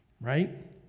Right